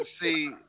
See